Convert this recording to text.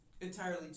entirely